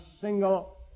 single